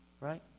right